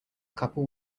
couple